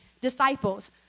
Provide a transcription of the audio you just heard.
disciples